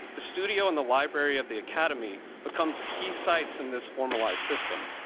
the studio in the library of the academy become key sites in this formalized system.